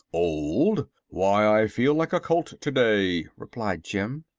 old! why, i feel like a colt today, replied jim.